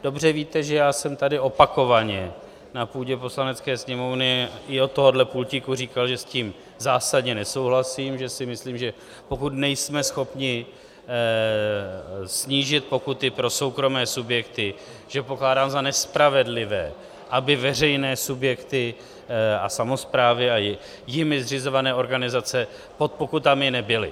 Dobře víte, že jsem tady opakovaně na půdě Poslanecké sněmovny i od tohoto pultíku říkal, že s tím zásadně nesouhlasím, že si myslím, že pokud nejsme schopni snížit pokuty pro soukromé subjekty, pokládám za nespravedlivé, aby veřejné subjekty a samosprávy a jimi zřizované organizace pod pokutami nebyly.